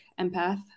empath